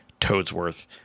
Toadsworth